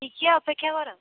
ଟିକିଏ ଅପେକ୍ଷା କର